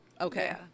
Okay